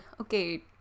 Okay